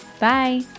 Bye